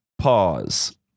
pause